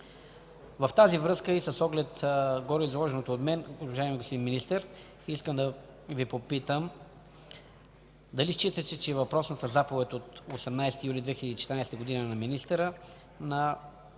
В тази връзка и с оглед гореизложеното от мен, уважаеми господин Министър, искам да Ви попитам: дали считате, че въпросната заповед от 18 юли 2014 г. на министъра на